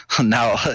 now